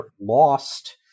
lost